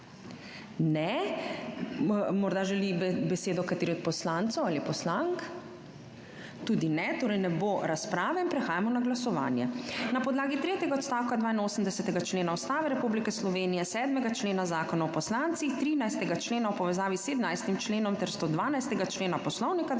Ne. Morda želi besedo kateri od poslancev ali poslank? Tudi ne. Torej ne bo razprave in prehajamo na glasovanje. Na podlagi tretjega odstavka 82. člena Ustave Republike Slovenije, 7. člena Zakona o poslancih, 13. člena v povezavi s 17. členom ter 112. člena Poslovnika